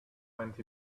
went